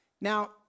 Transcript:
Now